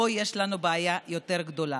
פה יש לנו בעיה יותר גדולה.